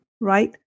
right